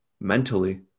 mentally